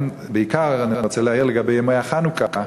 בעיקר אני רוצה להעיר לגבי ימי החנוכה,